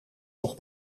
nog